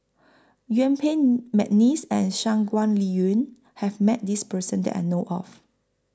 Yuen Peng Mcneice and Shangguan Liuyun has Met This Person that I know of